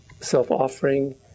self-offering